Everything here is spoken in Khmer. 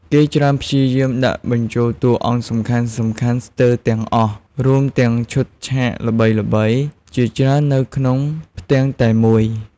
គេច្រើនព្យាយាមដាក់បញ្ចូលតួអង្គសំខាន់ៗស្ទើរទាំងអស់ រួមទាំងឈុតឆាកល្បីៗជាច្រើននៅក្នុងផ្ទាំងតែមួយ ។